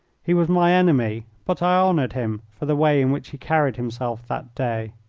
he was my enemy, but i honoured him for the way in which he carried himself that day.